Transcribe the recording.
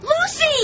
Lucy